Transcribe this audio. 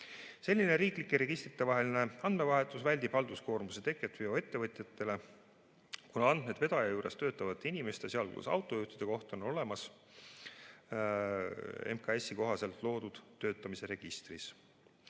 Selline riiklike registrite vaheline andmevahetus väldib halduskoormuse teket veoettevõtjatele, kuna andmed vedaja juures töötavate inimeste, sealhulgas autojuhtide kohta on olemas MKS‑i kohaselt loodud töötamise registris.